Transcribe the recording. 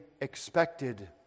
expected